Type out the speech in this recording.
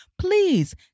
please